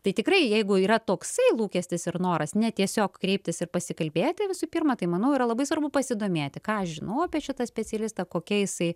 tai tikrai jeigu yra toksai lūkestis ir noras ne tiesiog kreiptis ir pasikalbėti visų pirma tai manau yra labai svarbu pasidomėti ką aš žinau apie šitą specialistą kokia jisai